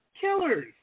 killers